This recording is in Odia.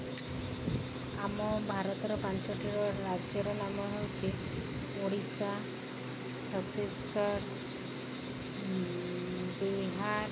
ଆମ ଭାରତର ପାଞ୍ଚଟିର ରାଜ୍ୟର ନାମ ହେଉଛି ଓଡ଼ିଶା ଛତିଶଗଡ଼ ବିହାର